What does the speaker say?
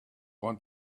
want